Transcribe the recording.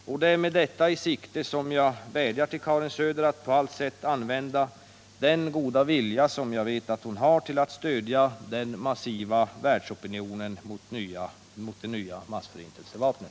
Och det är med detta i sikte som jag vädjar till Karin Söder att på allt sätt använda den goda vilja som jag vet att hon har till att stödja den massiva världsopinionen mot det nya massförintelsevapnet.